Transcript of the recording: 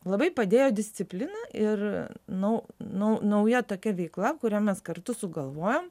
labai padėjo disciplina ir nu nu nauja tokia veikla kurią mes kartu sugalvojom